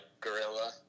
gorilla